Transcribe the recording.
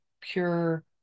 pure